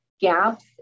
gaps